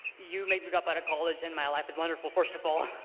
you made me drop out of college and my life is wonderful, first of all.